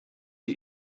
die